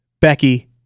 Becky